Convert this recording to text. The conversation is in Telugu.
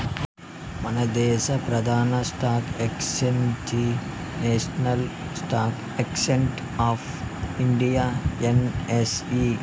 మనదేశ ప్రదాన stock exchange national stock exchange of India NSE